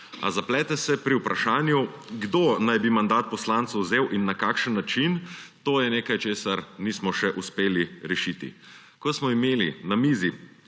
A zaplete se pri vprašanju, kdo naj bi mandat poslancu vzel in na kakšen način. To je nekaj, česar nismo še uspeli rešiti. Ko smo imeli na mizi